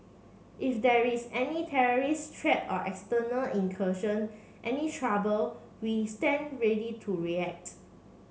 if there is any terrorist threat or external incursion any trouble we stand ready to react